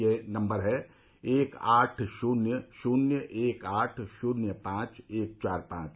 यह नम्बर है एक आठ शून्य शून्य एक आठ शून्य पांच एक चार पांच